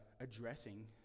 addressing